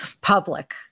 public